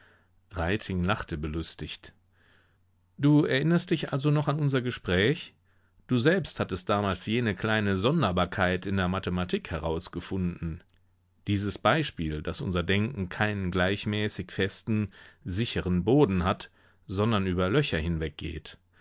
lachte belustigt du erinnerst dich also noch an unser gespräch du selbst hattest damals jene kleine sonderbarkeit in der mathematik heraus gefunden dieses beispiel daß unser denken keinen gleichmäßig festen sicheren boden hat sondern über löcher